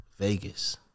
Vegas